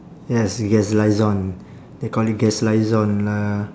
yes guest liaison they call it guest liaison uh